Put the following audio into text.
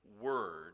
word